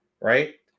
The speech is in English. right